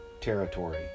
territory